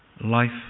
life